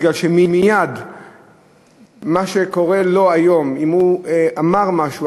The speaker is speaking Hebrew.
כי מה שקורה לו היום אם הוא אמר משהו,